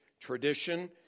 tradition